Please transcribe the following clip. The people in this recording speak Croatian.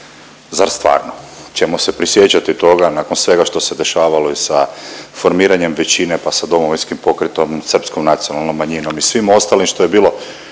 zar stvarno ćemo se prisjećati toga nakon svega što se dešavalo sa formiranjem većine, pa sa Domovinskim pokretom, Srpskom nacionalnom manjinom i svim ostalim što je bilo,